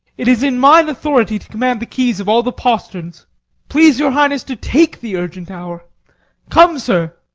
it is in mine authority to command the keys of all the posterns please your highness to take the urgent hour come, sir,